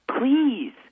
Please